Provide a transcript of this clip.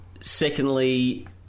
Secondly